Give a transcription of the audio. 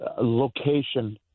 location